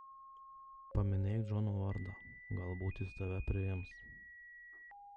paminėk džono vardą galbūt jis tave priims